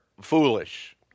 foolish